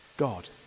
God